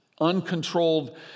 uncontrolled